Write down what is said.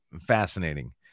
fascinating